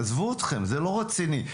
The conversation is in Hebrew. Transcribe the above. עזבו אתכם, זה לא רציני.